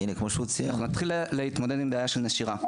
אלא נתחיל להתמודד עם בעיה של נשירה.